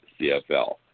CFL